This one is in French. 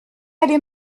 aller